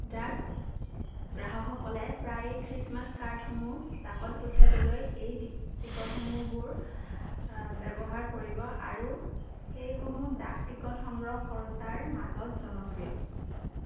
ডাক গ্ৰাহকসকলে প্ৰায়ে খ্ৰীষ্টমাছ কাৰ্ডসমূহ ডাকত পঠিয়াবলৈ এই টিক টিকটসমূহবোৰ ব্যৱহাৰ কৰিব আৰু সেইসমূহ ডাকটিকট সংগ্ৰহ কৰোতাৰ মাজত জনপ্ৰিয়